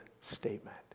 statement